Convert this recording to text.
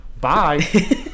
bye